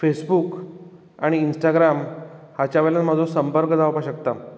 Facebook आनी Instagram हाच्या वयल्यान म्हजो संपर्क जावपाक शकता